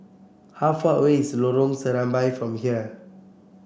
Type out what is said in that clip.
how far away is Lorong Serambi from here